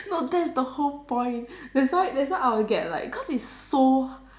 no that's the whole point that's why that's why I'll get like cause it's so